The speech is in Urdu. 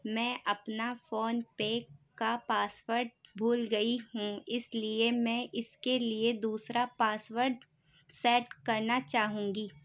میں اپنا فون پے کا پاس ورڈ بھول گئی ہوں اس لیے میں اس کے لیے دوسرا پاس ورڈ سیٹ کرنا چاہوں گی